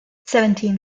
seventeen